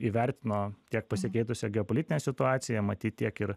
įvertino tiek pasikeitusią geopolitinę situaciją matyt tiek ir